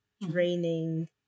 draining